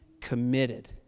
committed